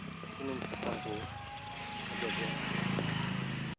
ᱥᱩᱱᱩᱢ ᱥᱟᱥᱟᱝ ᱠᱚ ᱚᱡᱚᱜᱚᱜᱼᱟ